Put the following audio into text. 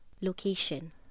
location